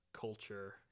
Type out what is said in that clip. culture